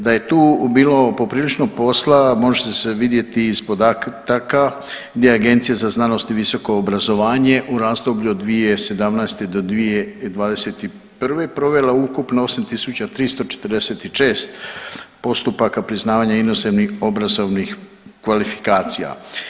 Da je tu bilo poprilično posla može s vidjeti iz podataka gdje Agencija za znanost i visoko obrazovanje u razdoblju od 2017. do 2021. provela ukupno 8 346 postupaka priznavanja inozemnih obrazovnih kvalifikacija.